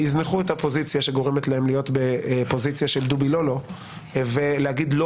יזנחו את הפוזיציה שגורמת להם להיות בפוזיציה של דובי לא לא ולהגיד לא